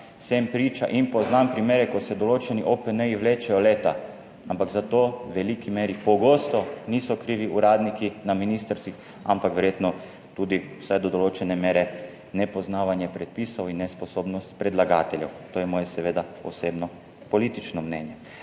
sem priča in poznam primere, ko se določeni OPN vlečejo leta, ampak za to v veliki meri pogosto niso krivi uradniki na ministrstvih, ampak verjetno tudi vsaj do določene mere nepoznavanje predpisov in nesposobnost predlagateljev. To je moje seveda osebno politično mnenje.